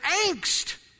angst